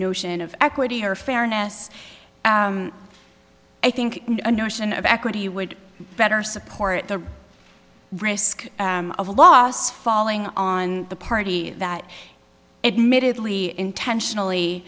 notion of equity or fairness i think the notion of equity would better support the risk of a loss falling on the party that admittedly intentionally